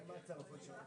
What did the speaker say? להרים, לנחלים